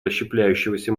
расщепляющегося